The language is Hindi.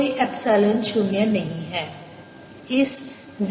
कोई एप्सिलॉन 0 नहीं है